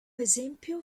esempio